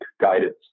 guidance